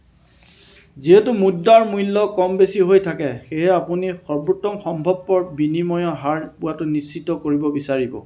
যিহেতু মুদ্ৰাৰ মূল্য কম বেছি হৈ থাকে সেয়েহে আপুনি সৰ্বোত্তম সম্ভৱপৰ বিনিময়ৰ হাৰ পোৱাটো নিশ্চিত কৰিব বিচাৰিব